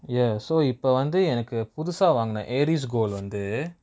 ya so இப்ப வந்து எனக்கு புதுசா வாங்கின:ippa vanthu enaku puthusaa vaangina yeris gold வந்து:vanthu